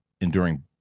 Enduring